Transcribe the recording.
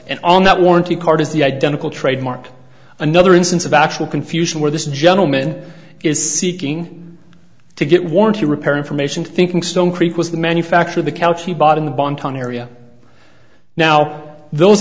and on that warranty card is the identical trademark another instance of actual confusion where this gentleman is seeking to get warranty repair information thinking stone creek was the manufacture of the couch he bought in the bon ton area now those